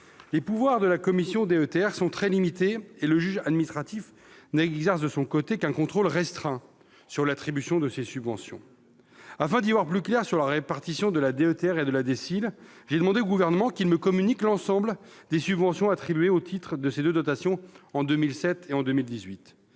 Les pouvoirs de la commission DETR sont très limités, et le juge administratif n'exerce qu'un contrôle restreint sur l'attribution des subventions. Afin d'y voir plus clair sur la répartition de la DETR et de la DSIL, j'ai demandé au Gouvernement de me communiquer l'ensemble des subventions attribuées au titre de ces deux dotations en 2017 et en 2018.